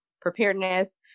preparedness